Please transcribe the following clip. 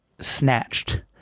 snatched